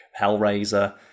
Hellraiser